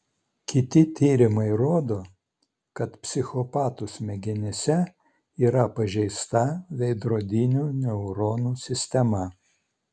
kiti tyrimai rodo kad psichopatų smegenyse yra pažeista veidrodinių neuronų sistema